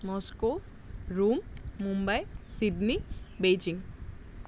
Moscow Rome Mumbai Sydney Beijing